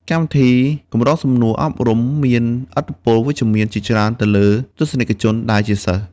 កម្មវិធីកម្រងសំណួរអប់រំមានឥទ្ធិពលវិជ្ជមានជាច្រើនទៅលើទស្សនិកជនដែលជាសិស្ស។